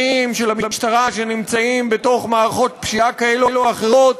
של המשטרה שנמצאים בתוך מערכות פשיעה כאלה או אחרות,